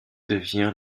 devine